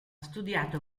studiato